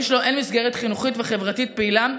שלו אין מסגרת חינוכית וחברתית פעילה.